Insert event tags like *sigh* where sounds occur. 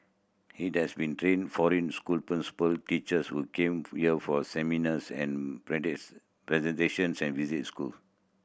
it has been train foreign school principal teachers who come here for seminars and *unintelligible* presentations and visit school